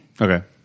Okay